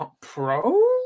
pro